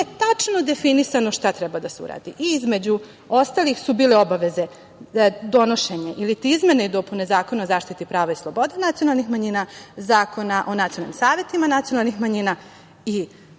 tačno definisano šta treba da se uradi. Između ostalih su bile obaveze, donošenje iliti izmene i dopune Zakona o zaštiti prava i sloboda nacionalnih manjina, Zakona o nacionalnim savetima nacionalnih manjina.